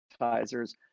advertisers